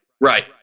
Right